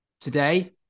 today